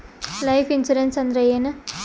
Life insurance ಅಂದ್ರ ಏನ?